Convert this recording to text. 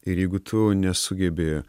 ir jeigu tu nesugebi